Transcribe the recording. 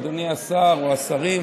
אדוני השר או השרים,